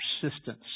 persistence